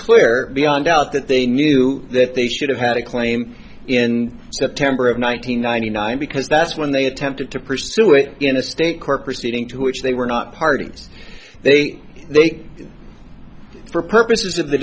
clear beyond doubt that they knew that they should have had a claim in september of one nine hundred ninety nine because that's when they attempted to pursue it in a state court proceeding to which they were not parties they take for purposes of the